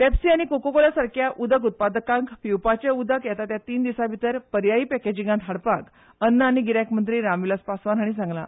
पॅप्सी आनी कोकोकोला सारख्या उदक उत्पादकांक पिवपाचे उदक येता त्या तीन दिसाभितर पर्यायी पॅकेजिंगाक हाडपाक अन्न आनी गिरायक मंत्री रामविलास पासवान हाणी सांगला